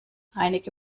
einige